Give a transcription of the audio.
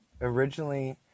originally